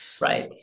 Right